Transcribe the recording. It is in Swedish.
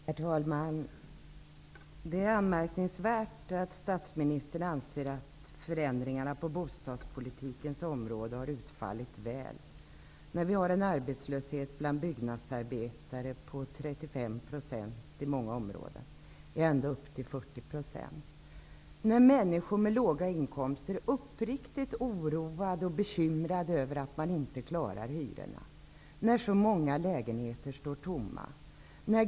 Herr talman! Det är anmärkningsvärt att statsministern anser att förändringarna på bostadspolitikens område har utfallit väl. Arbetslösheten bland byggnadsarbetarna är i många områden 35--40 %. Människor med låga inkomster är uppriktigt oroade och bekymrade över att de inte klarar hyrorna. Många lägenheter står tomma.